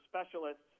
specialists